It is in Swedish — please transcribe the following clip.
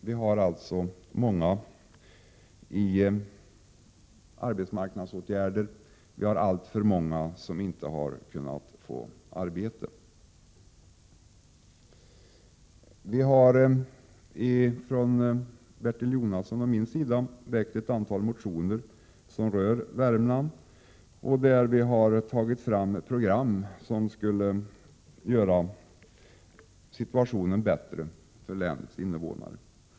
Vi har alltså många människor som är föremål för arbetsmarknadsåtgärder, och vi har alltför många som inte har kunnat få något arbete. Bertil Jonasson och jag har väckt ett antal motioner som rör Värmland. Vi har föreslagit program som skulle förbättra situationen för länets invånare.